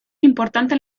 importante